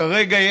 כרגע,